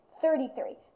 Thirty-three